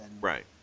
right